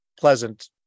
pleasant